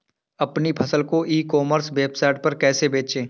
अपनी फसल को ई कॉमर्स वेबसाइट पर कैसे बेचें?